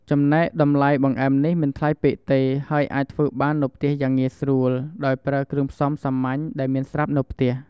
ចំណែកតម្លៃបង្អែមនេះ មិនថ្លៃពេកទេ ហើយអាចធ្វើបាននៅផ្ទះយ៉ាងងាយស្រួល ដោយប្រើគ្រឿងផ្សំសាមញ្ញដែលមានស្រាប់នៅផ្ទះ។